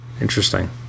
interesting